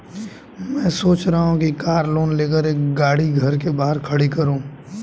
मैं सोच रहा हूँ कि कार लोन लेकर एक गाड़ी घर के बाहर खड़ी करूँ